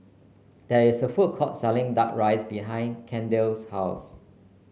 there is a food court selling duck rice behind Kendell's house